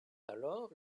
alors